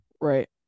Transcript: Right